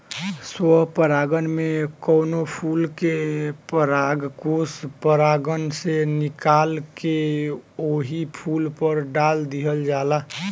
स्व परागण में कवनो फूल के परागकोष परागण से निकाल के ओही फूल पर डाल दिहल जाला